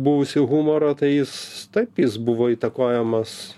buvusį humorą tai jis taip jis buvo įtakojamas